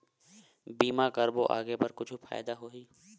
बीमा करबो आगे बर कुछु फ़ायदा होही?